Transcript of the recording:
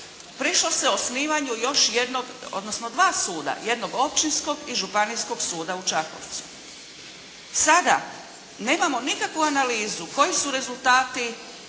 prišlo se osnivanju još jednog odnosno dva suda. Jednog općinskog i Županijskog suda u Čakovcu. Sada nemamo nikakvu analizu koji su rezultati